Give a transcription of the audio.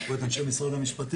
יש פה את אנשי משרד המשפטים,